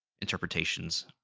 interpretations